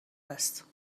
است